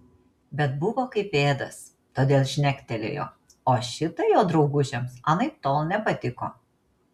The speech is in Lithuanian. bet buvo kaip pėdas todėl žnektelėjo o šitai jo draugužiams anaiptol nepatiko